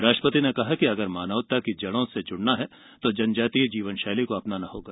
राष्ट्रपति ने कहा कि अगर मानवता की जड़ों से जुड़ना है तो जनजातीय जीवनशैली अपनाना होगा